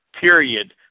period